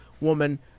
woman